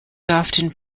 often